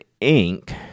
ink